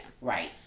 Right